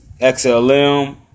XLM